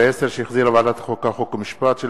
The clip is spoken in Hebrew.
הצעת החוק התקבלה ותמשיך לדיון בוועדת העבודה,